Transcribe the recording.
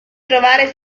trovare